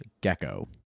gecko